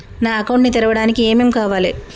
నా అకౌంట్ ని తెరవడానికి ఏం ఏం కావాలే?